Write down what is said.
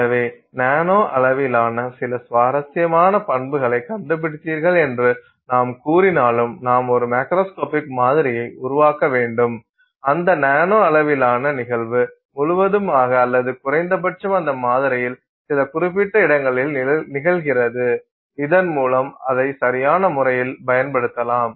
எனவே நானோ அளவிலான சில சுவாரஸ்யமான பண்புகளை கண்டுபிடித்தீர்கள் என்று நாம் கூறினாலும் நாம் ஒரு மேக்ரோஸ்கோபிக் மாதிரியை உருவாக்க வேண்டும் அந்த நானோ அளவிலான நிகழ்வு முழுவதுமாக அல்லது குறைந்தபட்சம் அந்த மாதிரியில் சில குறிப்பிட்ட இடங்களில் நிகழ்கிறது இதன் மூலம் அதை சரியான முறையில் பயன்படுத்தலாம்